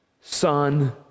Son